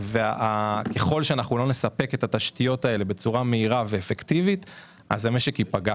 אם לא נספק את התשתיות האלו בצורה מהירה ואפקטיבית המשק יפגע.